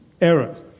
errors